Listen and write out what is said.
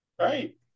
Right